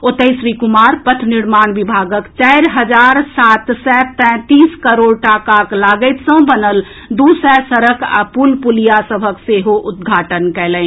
ओतहि श्री कुमार पथ निर्माण विभागक चारि हजार सात सय तैंतीस करोड़ टाकाक लागति सँ बनल दू सय सड़क आ पुल पुलिया सभक सेहो उद्घाटन कयलनि